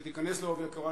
שתיכנס בעובי הקורה.